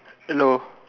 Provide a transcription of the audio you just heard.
hello